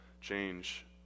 change